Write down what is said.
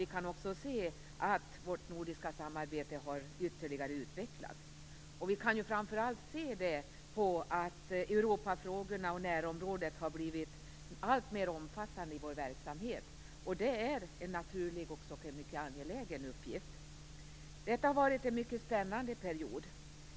Vi kan också se att vårt nordiska samarbete har utvecklats ytterligare, och vi kan framför allt se det på att Europafrågorna och närområdet har blivit alltmer omfattande i vår verksamhet. Det är en naturlig och mycket angelägen uppgift. Det har varit en mycket spännande period.